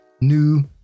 new